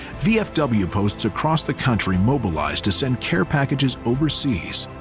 vfw posts across the country mobilized to send care packages overseas,